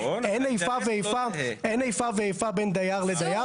אין איפה ואיפה בין דייר לדייר,